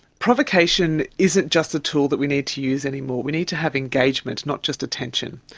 provocation isn't just a tool that we need to use anymore. we need to have engagement, not just attention.